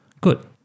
good